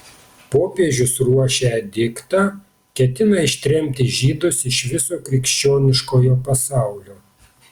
popiežius ruošia ediktą ketina ištremti žydus iš viso krikščioniškojo pasaulio